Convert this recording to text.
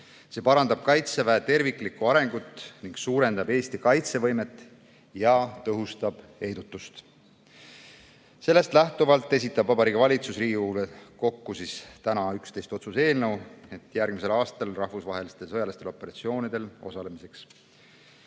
See parandab Kaitseväe terviklikku arengut, suurendab Eesti kaitsevõimet ja tõhustab heidutust. Sellest lähtuvalt esitab Vabariigi Valitsus Riigikogule täna 11 otsuse eelnõu järgmisel aastal rahvusvahelistel sõjalistel operatsioonidel osalemiseks.